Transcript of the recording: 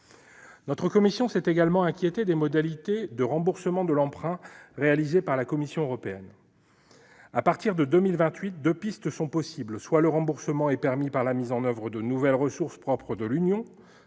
Notre commission s'est également inquiétée des modalités de remboursement de l'emprunt réalisé par la Commission européenne. À partir de 2028, deux pistes sont possibles : soit le remboursement est permis par la mise en oeuvre de nouvelles ressources propres de l'Union,